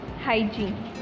hygiene